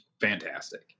Fantastic